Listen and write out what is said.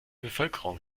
bevölkerung